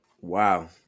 Wow